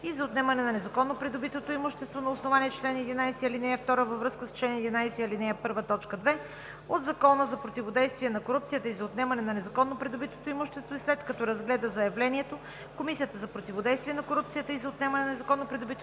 и за отнемане на незаконно придобитото имущество, на основание чл. 11, ал. 2 във връзка с чл. 11, ал. 1, т. 2 от Закона за противодействие на корупцията и за отнемане на незаконно придобитото имущество и след като разгледа заявлението, Комисията за противодействие на корупцията и за отнемане на незаконно придобитото имущество